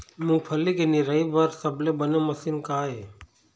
मूंगफली के निराई बर सबले बने मशीन का ये?